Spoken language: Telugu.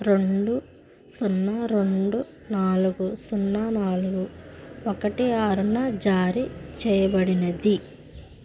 రెండు సున్నా రెండు నాలుగు సున్నా నాలుగు ఒకటి ఆరున జారీ చేయబడినది